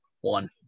One